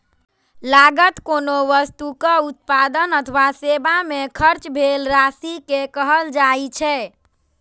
लागत कोनो वस्तुक उत्पादन अथवा सेवा मे खर्च भेल राशि कें कहल जाइ छै